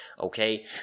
okay